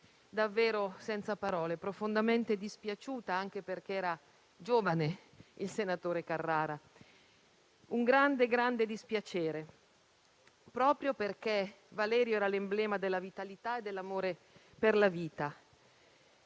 davvero senza parole, profondamente dispiaciuta, anche perché era giovane, il senatore Carrara. Il dispiacere è stato grande proprio perché Valerio era l'emblema della vitalità e dell'amore per la vita.